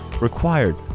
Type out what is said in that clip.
required